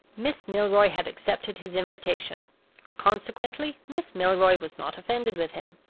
miss milroy had accepted his invitation consequently, miss milroy was not offended with him.